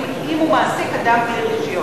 אם הוא מעסיק אדם בלי רשיון.